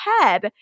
head